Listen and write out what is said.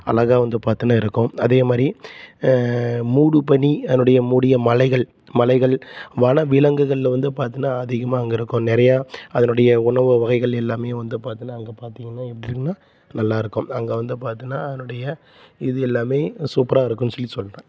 அழகா வந்து பார்த்தீகன்னா இருக்கும் அதேமாதிரி மூடு பனி அதனுடைய மூடிய மலைகள் மலைகள் வனவிலங்குகளில் வந்து பார்த்தீகன்னா அதிகமாக அங்கே இருக்கும் நிறையா அதனுடைய உணவு வகைகள் எல்லாமே வந்து பார்த்தீகன்னா அங்கே பார்த்தீங்கன்னா எப்படின்னா நல்லாயிருக்கும் அங்கே வந்து பார்த்தீகன்னா அதனுடைய இது எல்லாமே சூப்பராக இருக்குதுன்னு சொல்லி சொல்கிறேன்